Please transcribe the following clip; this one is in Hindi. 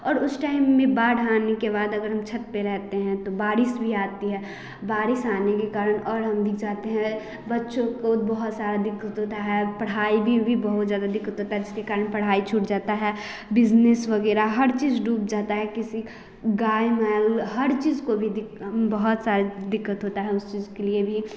और उस टाइम में बाढ़ आने के बाद अगर हम छत पे रहते हैं तो बारिश भी आती है बारिश आने के कारण और हम भीग जाते हैं बच्चों को बहुत सारा दिक्कत होता है पढ़ाई भी बहुत ज़्यादा दिक्कत होता है जिसके कारण पढाई छूट जाता है बिज़नेस वगैरह हर चीज़ डूब जाता है किसी गाय बैल हर चीज़ को भी बहुत सारी दिक्कत होता है उसके लिए भी